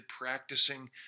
practicing